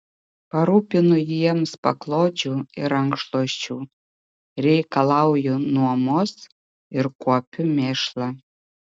parūpinu jiems paklodžių ir rankšluosčių reikalauju nuomos ir kuopiu mėšlą